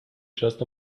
just